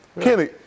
Kenny